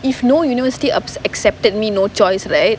if no university ass accepted me no choice right